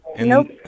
Nope